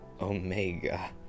Omega